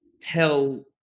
tell